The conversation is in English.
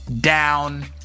down